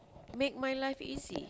make my life easy